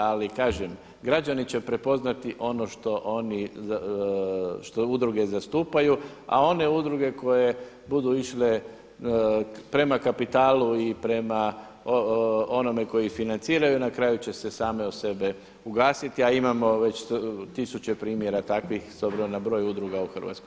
Ali kažem, građani će prepoznati ono što oni, što udruge zastupaju a one udruge koje budu išle prema kapitalu i prema onome koji ih financiraju, na kraju će se same od sebe ugasiti a imamo već tisuće primjera takvih s obzirom na broj udruga u Hrvatskoj.